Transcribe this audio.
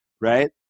right